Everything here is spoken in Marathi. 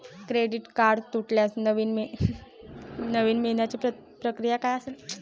क्रेडिट कार्ड तुटल्यास नवीन मिळवण्याची प्रक्रिया काय आहे?